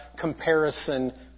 comparison